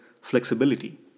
flexibility